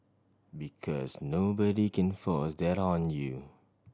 because nobody can force that on you